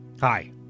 Hi